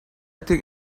think